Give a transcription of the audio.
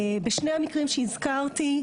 בשני המקרים שהזכרתי,